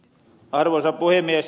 arvoisa puhemies